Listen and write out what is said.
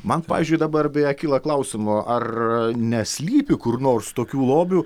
man pavyzdžiui dabar beje kyla klausimų ar neslypi kur nors tokių lobių